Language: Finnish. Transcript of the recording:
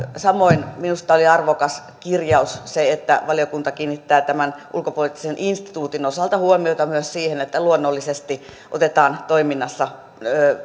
samoin minusta oli arvokas kirjaus se että valiokunta kiinnittää tämän ulkopoliittisen instituutin osalta huomiota myös siihen että luonnollisesti otetaan toiminnassa